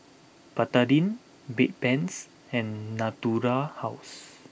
Betadine Bedpans and Natura House